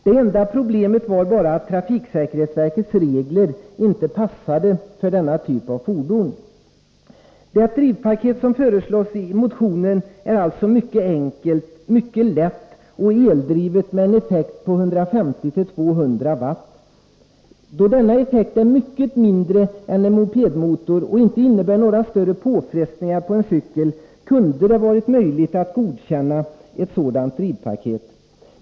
Det enda problemet var att trafiksäkerhetsverkets regler inte passade för denna typ av fordon. Det drivpaket som föreslås i motionen är alltså mycket enkelt, mycket lätt och eldrivet med en effekt på 150-200 watt. Då effekten är mycket mindre än i en mopedmotor och inte innebär några större påfrestningar på en cykel, kunde det vara möjligt att godkänna ett sådant drivpaket.